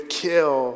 kill